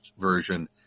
version